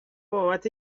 بابت